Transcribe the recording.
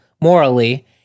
morally